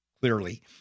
clearly